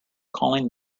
calling